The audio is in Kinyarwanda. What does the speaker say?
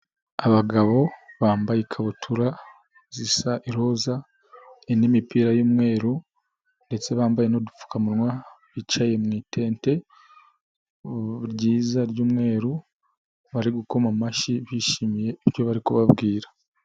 Abagabo bambaye ikabutura zisa iroza n'imipira y'umweru ndetse bambaye n'udupfukamunwa, bicaye mu itente ryiza ry'umweru, bari gukoma amashyi bishimiye ibyo bari kubabwira.